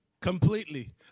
completely